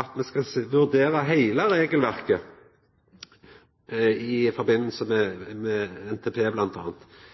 at me skal vurdera heile regelverket i samband med